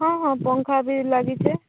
ହଁ ହଁ ପଙ୍ଖା ବି ଲାଗିଚେ